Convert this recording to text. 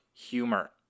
humor